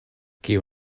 kiu